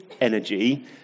energy